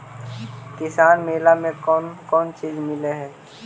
किसान मेला मे कोन कोन चिज मिलै है?